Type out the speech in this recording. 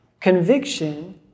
Conviction